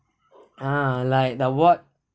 ah like the award